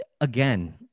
again